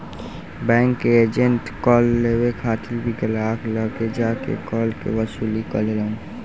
bank के agent कर लेवे खातिर भी ग्राहक लगे जा के कर के वसूली करेलन